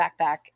backpack